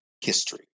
history